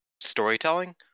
storytelling